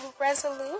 resolute